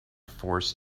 forced